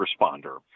responder